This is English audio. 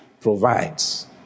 provides